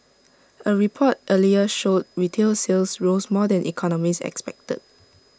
A report earlier showed retail sales rose more than economists expected